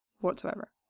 whatsoever